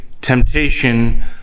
Temptation